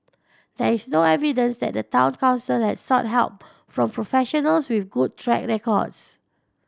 there is no evidence that the Town Council has sought help from professionals with good track records